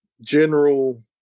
General